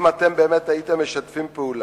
אם אתם באמת הייתם משתפים פעולה,